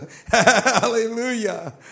Hallelujah